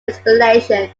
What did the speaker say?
explanation